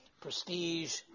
prestige